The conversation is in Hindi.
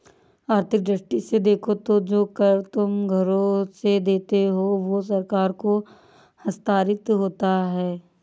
आर्थिक दृष्टि से देखो तो जो कर तुम घरों से देते हो वो सरकार को हस्तांतरित होता है